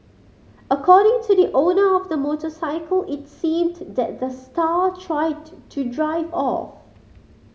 according to the owner of the motorcycle it seemed that the star tried to to drive off